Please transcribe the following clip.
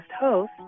host